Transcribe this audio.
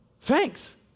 thanks